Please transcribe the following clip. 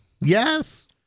Yes